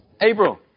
April